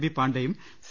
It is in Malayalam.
ബി പാണ്ഡയും സി